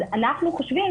אז לדעתנו,